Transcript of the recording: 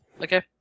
Okay